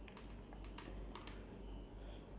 until twelve